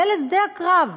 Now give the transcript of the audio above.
ולשדה הקרב,